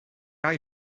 eye